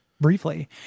briefly